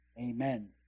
Amen